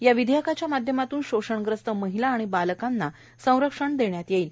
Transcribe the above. या विधेयकाच्या माध्यमातून शोषणग्रस्त महिला आणि बालकांना संरक्षण देण्यात येणार आहेत